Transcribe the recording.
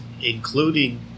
including